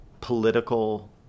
political